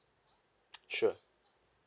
sure